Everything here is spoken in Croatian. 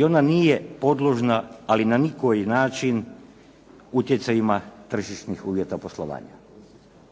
i ona nije podložna ali na nikoji način utjecajima tržišnih uvjeta poslovanja.